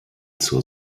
zur